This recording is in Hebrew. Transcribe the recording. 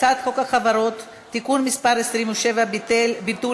הצעת חוק החברות (תיקון מס' 27) (ביטול